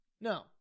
No